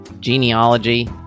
genealogy